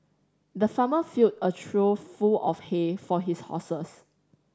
the farmer filled a trough full of hay for his horses